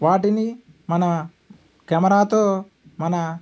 వాటిని మన కెమెరాతో మన